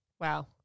Wow